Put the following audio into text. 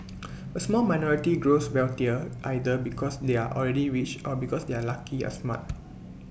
A small minority grows wealthier either because they are already rich or because they are lucky or smart